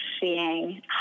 seeing